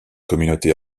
communautés